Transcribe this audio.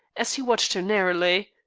as he watched her narrowly.